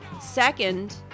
second